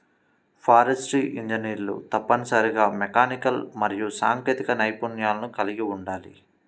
forestry ఇంజనీర్లు తప్పనిసరిగా mechanical మరియు సాంకేతిక నైపుణ్యాలను కలిగి ఉండాలి